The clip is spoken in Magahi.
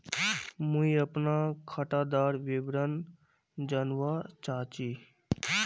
मुई अपना खातादार विवरण जानवा चाहची?